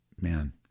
man